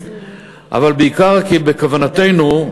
אבל בעיקר מפני שבכוונתנו,